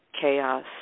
chaos